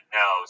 no